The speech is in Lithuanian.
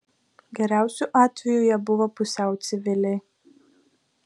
geriausiu atveju jie buvo pusiau civiliai